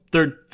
Third